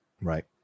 Right